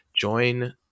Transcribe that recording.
join